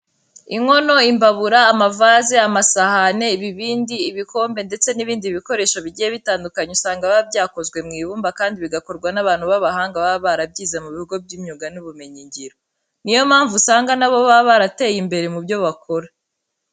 Inkono, imbabura, amavaze, amasahani, ibibindi, ibikombe ndetse n'ibindi bikoresho bigiye bitandukanye usanga biba byakozwe mu ibumba kandi bigakorwa n'abantu b'abahanga baba barabyize mu bigo by'imyuga n'ubumenyingiro. Ni yo mpamvu usanga na bo baba barateye imbere mu byo bakora.